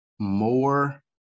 more